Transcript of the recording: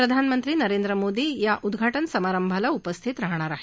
प्रधानमंत्री नरेंद्र मोदी या उद्घाटन समारंभाला उपस्थित राहणार आहेत